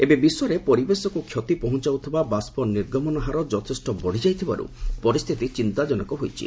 ଏବେ ବିଶ୍ୱରେ ପରିବେଶକୁ କ୍ଷତି ପହଞ୍ଚାଉଥିବା ବାଷ୍ପ ନିର୍ଗମନ ହାର ଯଥେଷ୍ଟ ବଡ଼ିଯାଇଥିବାରୁ ପରିସ୍ଥିତି ଚିନ୍ତାଜନକ ହୋଇଛି